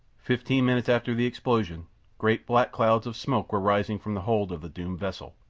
fifteen minutes after the explosion great, black clouds of smoke were rising from the hold of the doomed vessel.